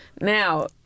now